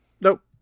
Nope